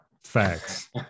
Facts